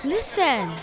Listen